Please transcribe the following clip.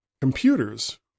computers